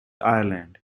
ireland